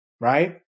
right